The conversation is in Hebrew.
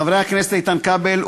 חברי הכנסת איתן כבל,